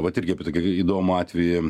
vat irgi apie tokį įdomų atvejį